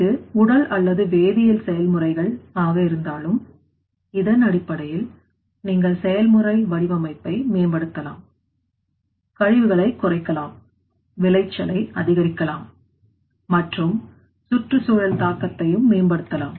இது உடல் அல்லது வேதியியல் செயல்முறைகள் ஆக இருந்தாலும் இதன் அடிப்படையில் நீங்கள் செயல்முறை வடிவமைப்பை மேம்படுத்தலாம்கழிவுகளை குறைக்கலாம்விளைச்சலை அதிகரிக்கலாம் மற்றும் சுற்றுச்சூழல் தாக்கத்தையும் மேம்படுத்தலாம்